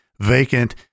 vacant